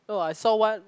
oh I saw one